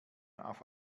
auf